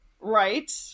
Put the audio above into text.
Right